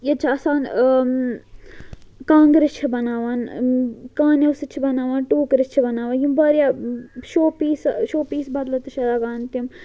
ییٚتہِ چھِ آسان کانٛگرِ چھِ بَناوان کانیو سۭتۍ چھِ بَناوان ٹوٗکرِ چھِ بَناوان یِم واریاہ شو پیٖسہٕ شو پیٖس بَدلہٕ تہِ چھِ لَگان تِم